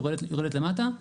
יורדת למטה,